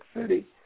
City